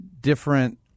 different